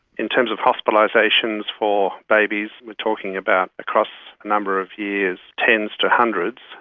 in terms of hospitalisations for babies are talking about across a number of years tens to hundreds,